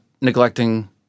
neglecting